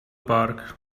park